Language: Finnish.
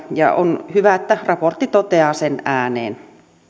ja on hyvä että raportti toteaa sen ääneen